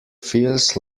feels